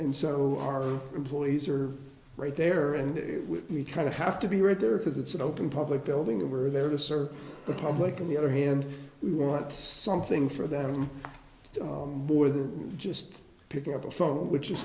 and so our employees are right there and it would be kind of have to be right there because it's an open public building over there to serve the public on the other hand we want something for that more than just picking up a phone which is